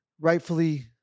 rightfully